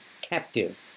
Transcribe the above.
captive